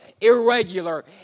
irregular